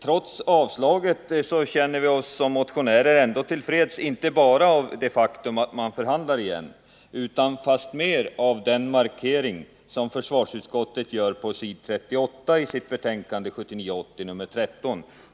Trots utskottets avslagsyrkande känner vi motionärer oss till freds inte bara på grund av det faktum att man nu förhandlar igen utan fastmer genom den markering som försvarsutskottet gör på s. 38 i sitt betänkande 1979/80:13.